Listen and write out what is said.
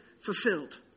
fulfilled